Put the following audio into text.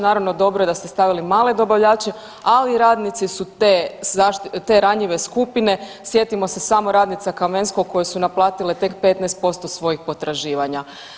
Naravno, dobro je da ste stavili male dobavljače, ali radnici su te ranjive skupine, sjetimo se samo radnica Kamenskog koje su naplatile tek 15% svojih potraživanja.